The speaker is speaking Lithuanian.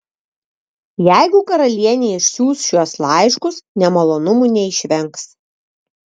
jeigu karalienė išsiųs šiuos laiškus nemalonumų neišvengs